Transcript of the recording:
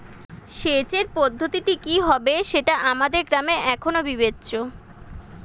সেচের পদ্ধতিটি কি হবে সেটা আমাদের গ্রামে এখনো বিবেচ্য